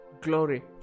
Glory